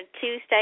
Tuesday